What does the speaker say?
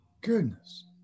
Goodness